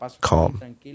calm